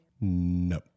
No